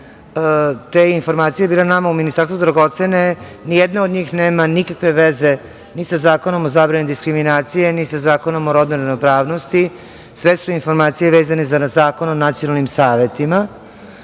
te informacije bile nama u Ministarstvu dragocene, ni jedna od njih nema nikakve veze ni sa Zakonom o zabrani diskriminacije, ni sa Zakonom o rodnoj ravnopravnosti. Sve su informacije vezane za Zakon o nacionalnim savetima. Ja